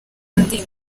undi